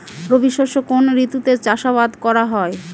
রবি শস্য কোন ঋতুতে চাষাবাদ করা হয়?